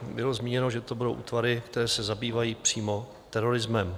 Bylo zmíněno, že to budou útvary, které se zabývají přímo terorismem.